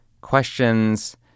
questions